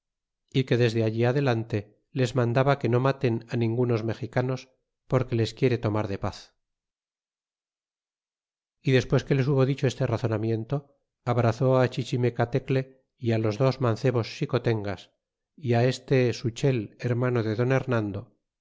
é que desde allí adelante les mandaba que no malen ningunos mexicanos porque les quiere tomar de paz y despues que les hubo dicho este razonamiento abrazó chichimeca tecle y los dos mancebos xicolengas y este suchel hermano de don remando